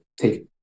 take